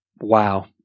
Wow